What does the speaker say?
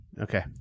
Okay